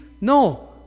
No